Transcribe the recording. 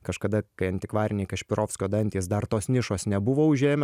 kažkada kai antikvariniai kašpirovskio dantys dar tos nišos nebuvo užėmę